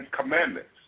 commandments